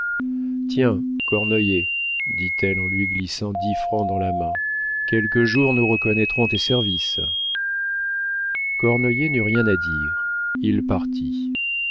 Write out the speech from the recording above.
tiens cornoiller dit-elle en lui glissant dix francs dans la main quelque jour nous reconnaîtrons tes services cornoiller n'eut rien à dire il partit